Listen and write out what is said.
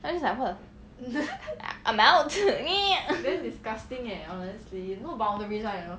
then I just like what the f~ I'm out !ee!